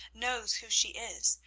knows who she is,